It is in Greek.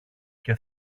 και